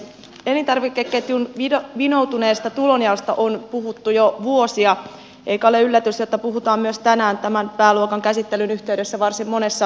elintarvikeketjun vinoutuneesta tulonjaosta on puhuttu jo vuosia eikä ole yllätys että puhutaan myös tänään tämän pääluokan käsittelyn yhteydessä varsin monessa puheenvuorossa